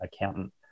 accountant